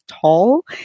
tall